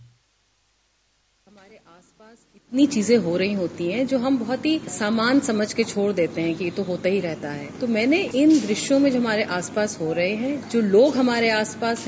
bite हमारे आस पास इतन चीजें हो रही होती हैं जो हम बहुत ही सामान्य समझ कर छोड़ देते हैं कि ये तो होता ही रहता है तो मैंने इन विषयों में जो हमारे आस पास हो रहे हैं जो हमारे आस पास हैं